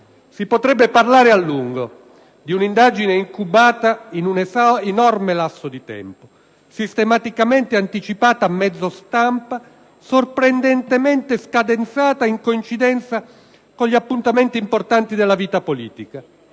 Si potrebbe parlare a lungo di un'indagine incubata in un enorme lasso di tempo, sistematicamente anticipata a mezzo stampa, sorprendentemente scadenzata in coincidenza con appuntamenti importanti della vita politica,